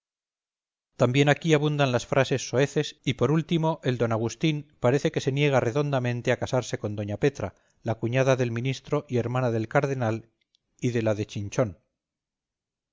también aquí abundan las frases soeces y por último el d agustín parece que se niega redondamente a casarse con doña petra la cuñada del ministro y hermana del cardenal y de la de chinchón